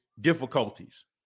difficulties